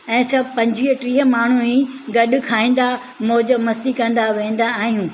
ऐं सभु पंजटीह माण्हूं ई गॾु खाईंदा मौज मस्ती कंदा वेंदा आहियूं